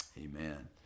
amen